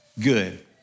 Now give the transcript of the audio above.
good